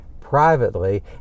privately